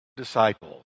disciple